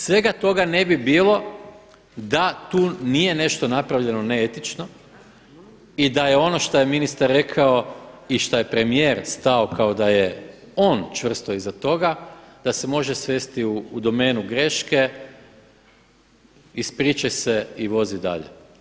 Svega toga ne bi bilo da tu nije nešto napravljeno neetično i da je ono što je ministar rekao i šta je premijer stao kao da je on čvrsto iza toga da se može svesti u domenu greške, ispričaj se i vozi dalje.